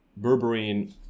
Berberine